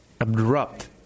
abrupt